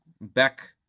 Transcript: back